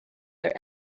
their